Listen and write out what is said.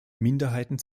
minderheiten